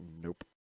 nope